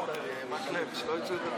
חברי הכנסת, אפשרתי את זה.